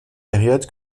période